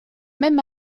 même